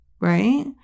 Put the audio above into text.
right